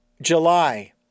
July